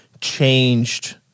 changed